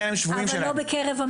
לכן הם שבויים שם.